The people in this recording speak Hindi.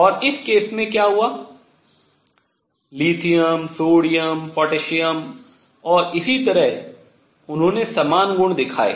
और इस केस में क्या हुआ लिथियम सोडियम पोटेशियम और इसी तरह उन्होंने समान गुण दिखाए